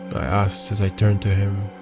but i asked as i turned to him.